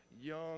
young